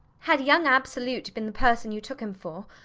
had young absolute been the person you took him for,